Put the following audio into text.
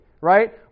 right